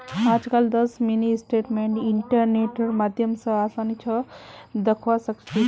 आजकल दस mini statement इन्टरनेटेर माध्यम स आसानी स दखवा सखा छी